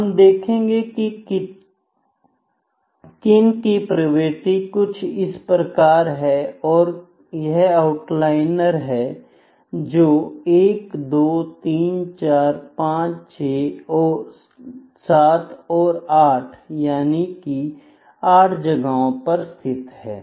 हम देखेंगे किन की प्रवृत्ति कुछ इस प्रकार है और यह आउटलाइनर है जो 1234567 और 8 यानी कि आठ जगहों पर स्थित है